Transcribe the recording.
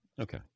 Okay